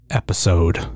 episode